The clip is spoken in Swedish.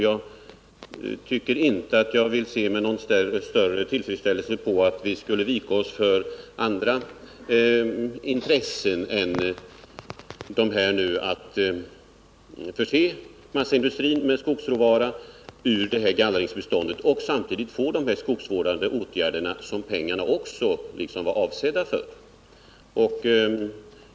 Jag ser inte med någon större tillfredsställelse att vi skulle behöva vika oss för andra intressen än uppgiften att förse massaindustrin med skogsråvara ur gallringsbeståndet och samtidigt få till stånd de skogsvårdande åtgärder som pengarna också var avsedda för.